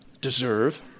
deserve